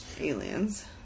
aliens